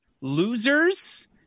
losers